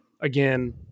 again